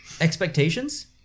expectations